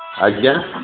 ଆଜ୍ଞା